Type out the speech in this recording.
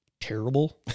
terrible